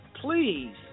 Please